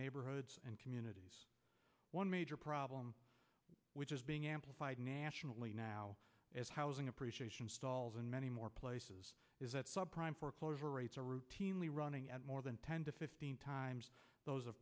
neighborhoods and communities one major problem which is being amplified nationally now as housing appreciation stalls in many more places that sub prime foreclosure rates are routinely running at more than ten to fifteen times those